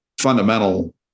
fundamental